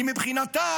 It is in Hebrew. כי מבחינתה